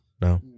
No